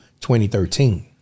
2013